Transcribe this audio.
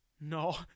No